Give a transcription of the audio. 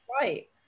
right